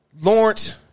Lawrence